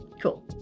Cool